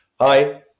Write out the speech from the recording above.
Hi